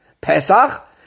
Pesach